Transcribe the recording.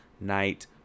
night